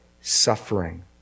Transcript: suffering